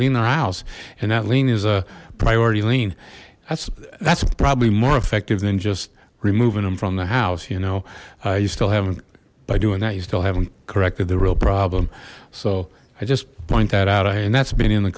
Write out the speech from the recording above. lien our house and that lien is a priority lien that's that's probably more effective than just removing them from the house you know you still haven't by doing that you still haven't corrected the real problem so i just point that out i and that's been in the